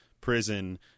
prison